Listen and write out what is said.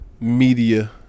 media